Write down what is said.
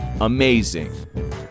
amazing